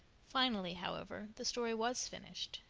finally, however, the story was finished,